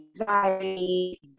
anxiety